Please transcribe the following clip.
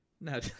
No